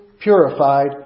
purified